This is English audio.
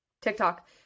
TikTok